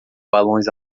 balões